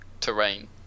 terrain